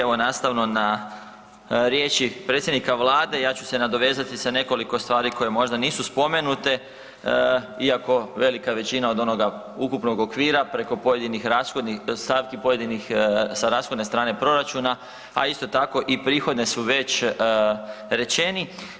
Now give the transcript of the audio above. Evo nastavno na riječi predsjednika Vlade ja ću se nadovezati sa nekoliko stvari koje možda nisu spomenute, iako velika većina od onoga ukupnog okvira preko pojedinih rashodnih stavki pojedinih sa rashodne strane proračuna, a isto tko i prihodne su već rečeni.